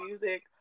music